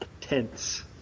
tense